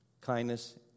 kindness